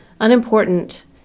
unimportant